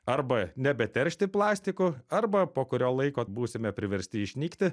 arba nebeteršti plastiku arba po kurio laiko būsime priversti išnykti